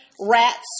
Rats